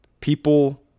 people